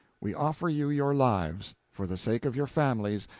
we offer you your lives for the sake of your families,